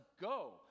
go